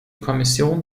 kommission